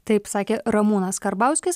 taip sakė ramūnas karbauskis